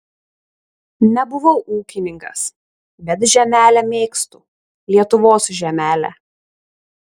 nebuvau ūkininkas bet žemelę mėgstu lietuvos žemelę